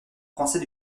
français